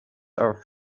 are